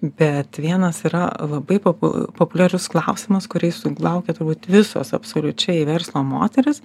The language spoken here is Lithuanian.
bet vienas yra labai populiarus klausimas kurį sulaukia turbūt visos absoliučiai verslo moterys